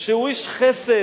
שהוא איש חסד,